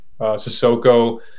Sissoko